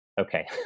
Okay